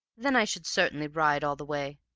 then i should certainly ride all the way.